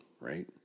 right